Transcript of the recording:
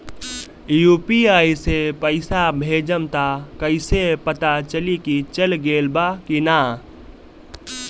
UPI से पइसा भेजम त कइसे पता चलि की चल गेल बा की न?